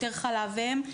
יותר חלב אם,